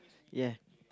ya